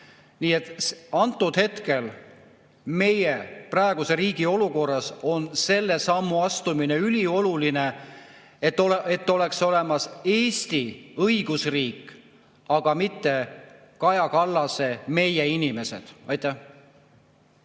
Nii et meie riigi praeguses olukorras on selle sammu astumine ülioluline, et oleks olemas Eesti õigusriik, aga mitte Kaja Kallase meie inimesed. Urmas